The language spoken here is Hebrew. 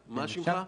לתפישתי,